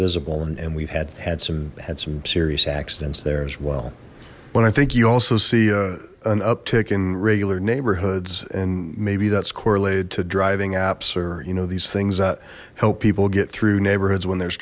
visible and we've had had some had some serious accidents there as well when i think you also see an uptick in regular neighborhoods and maybe that's correlated to driving apps or you know these things that help people get through neighborhoods when there's